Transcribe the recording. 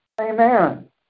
Amen